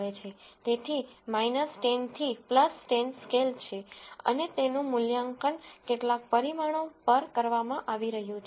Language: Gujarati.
તેથી 10 થી 10 સ્કેલ છે અને તેનું મૂલ્યાંકન કેટલાક પરિમાણો પર કરવામાં આવી રહ્યું છે